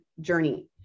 journey